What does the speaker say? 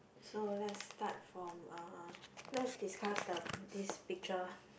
so let's start from uh let's discuss the this picture